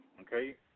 Okay